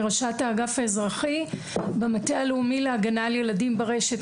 אני ראשת האגף האזרחי במטה הלאומי להגנה על ילדים ברשת,